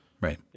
right